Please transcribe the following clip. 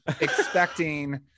expecting